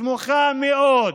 סמוכה מאוד